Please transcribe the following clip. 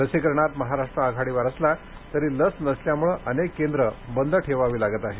लसीकरणात महाराष्ट्र आघाडीवर असला तरी लस नसल्यामुळे अनेक केंद्र बंद ठेवावी लागत आहेत